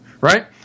Right